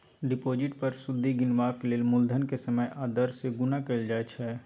deposit पर सुदि गिनबाक लेल मुलधन केँ समय आ दर सँ गुणा कएल जाइ छै